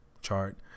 chart